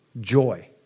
joy